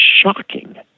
shocking